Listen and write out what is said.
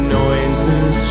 noises